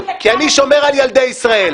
כי אני שומר על ילדי ישראל.